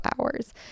hours